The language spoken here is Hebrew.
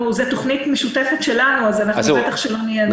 זה תוכנית משותפת שלנו אז בטח לא נהיה נגד.